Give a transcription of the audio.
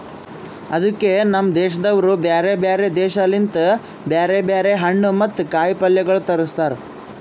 ಅದುಕೆ ನಮ್ ದೇಶದವರು ಬ್ಯಾರೆ ಬ್ಯಾರೆ ದೇಶ ಲಿಂತ್ ಬ್ಯಾರೆ ಬ್ಯಾರೆ ಹಣ್ಣು ಮತ್ತ ಕಾಯಿ ಪಲ್ಯಗೊಳ್ ತರುಸ್ತಾರ್